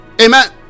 amen